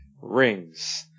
rings